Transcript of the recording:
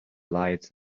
lights